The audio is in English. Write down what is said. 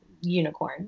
unicorn